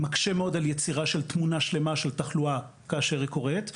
זה מקשה על יצירה של תמונה שלמה של תחלואה כאשר היא קורית.